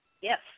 Yes